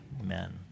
amen